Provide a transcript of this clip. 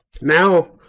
Now